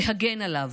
להגן עליו.